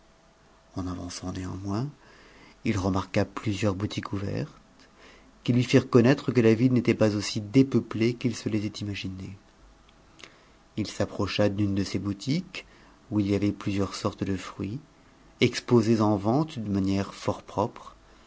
en avançant néanmoins il remarqua plusieurs boutiques ouvertes qui lui firent connattre que la ville n'était pas aussi dépeuplée qu'il se l'était imaginé il s'approcha d'une de ces boutiques où il y avait plusieurs sortes de fruits exposés en vente d'une manière fort propre